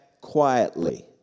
quietly